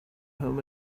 home